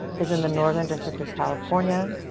is in the northern district of california,